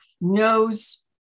knows